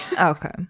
Okay